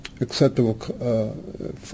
acceptable